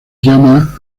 llama